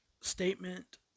statement